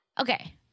okay